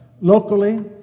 locally